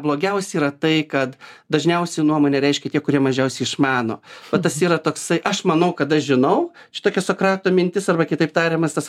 blogiausia yra tai kad dažniausiai nuomonę reiškia tie kurie mažiausiai išmano va tas yra toksai aš manau kad aš žinau šitokia sokrato mintis arba kitaip tariamas tas